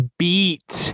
beat